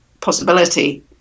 possibility